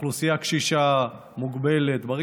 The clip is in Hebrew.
אוכלוסייה קשישה, מוגבלת, אזרחים ותיקים.